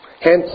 Hence